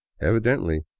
Evidently